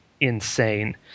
insane